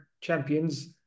Champions